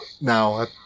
now